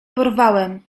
porwałem